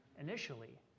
initially